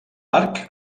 arc